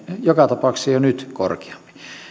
joka tapauksessa jo nyt korkeampi